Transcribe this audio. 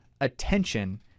attention